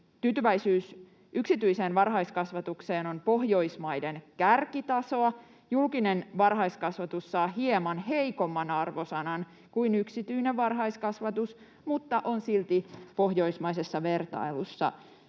Tyytyväisyys yksityiseen varhaiskasvatukseen on Pohjoismaiden kärkitasoa. Julkinen varhaiskasvatus saa hieman heikomman arvosanan kuin yksityinen varhaiskasvatus, mutta se julkinenkin on silti pohjoismaisessa vertailussa